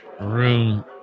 Room